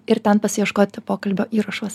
ir ten pasiieškoti pokalbio įrašuos